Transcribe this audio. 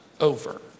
over